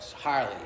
Harley